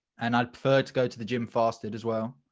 and i'd prefer to go to the gym fasted as well.